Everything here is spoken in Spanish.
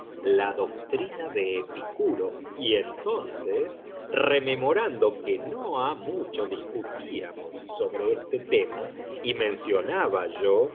la doctrina de epicuro y entonces rememorando que no ha mucho discutíamos sobre este tema y mencionaba yo